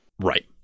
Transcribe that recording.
right